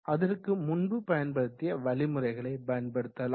அதற்கு முன்பு பயன்படுத்திய வழிமுறைகளை பயன்படுத்தலாம்